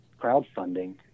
crowdfunding